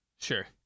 Sure